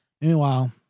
Meanwhile